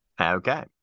Okay